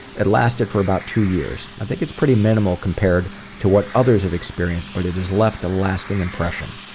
it lasted for about two years. i think it's pretty minimal compared to what others have experienced, but it has left a lasting impression.